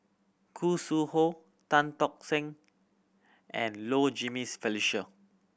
Khoo Sui Hoe Tan Tock San and Low Jimenez Felicia